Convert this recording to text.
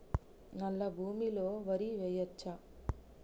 నల్లా భూమి లో వరి వేయచ్చా?